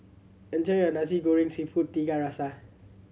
enjoy your Nasi Goreng Seafood Tiga Rasa